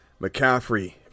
McCaffrey